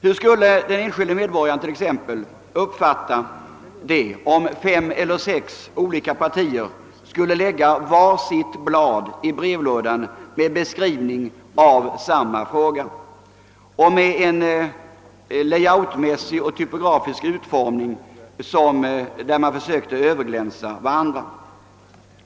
Hur skulle t.ex. den enskilde medborgaren uppfatta det, om fem eller sex olika partier i hans brevlåda skulle lägga var sitt blad med beskrivning av samma fråga och med en layoutmässig och typografisk utformning där de försökte överglänsa varandra?